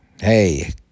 Hey